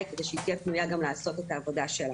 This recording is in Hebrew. כדי שהיא תהיה פנויה גם לעשות את העבודה שלה.